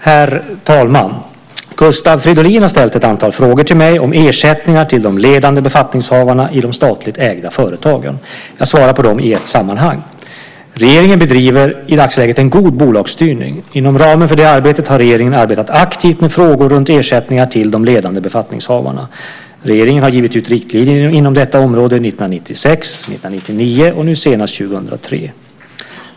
Herr talman! Gustav Fridolin har ställt ett antal frågor till mig om ersättningar till de ledande befattningshavarna i de statligt ägda företagen. Jag svarar på dem i ett sammanhang. Regeringen bedriver i dagsläget en god bolagsstyrning. Inom ramen för det arbetet har regeringen arbetat aktivt med frågor runt ersättningar till de ledande befattningshavarna. Regeringen har givit ut riktlinjer inom detta område 1996, 1999 och nu senast 2003.